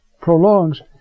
prolongs